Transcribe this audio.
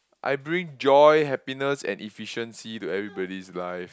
I bring joy happiness and efficiency to everybody's life